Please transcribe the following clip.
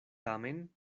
tamen